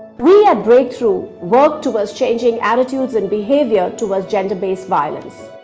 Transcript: we at breakthrough work towards changing attitudes and behavior towards gender-based violence.